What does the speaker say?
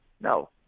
No